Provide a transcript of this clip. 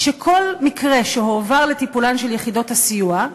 שבכל מקרה שהועבר לטיפולן של יחידות הסיוע,